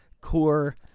core